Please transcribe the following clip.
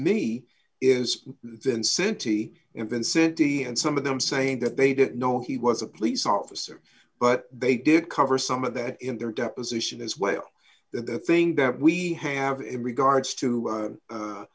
me is then sente intensity and some of them saying that they didn't know he was a police officer but they did cover some of that in their deposition as well that the thing that we have in regards to